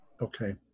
okay